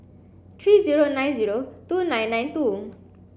three zero nine zero two nine nine two